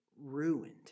ruined